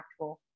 impactful